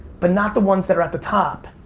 but not the ones that are at the top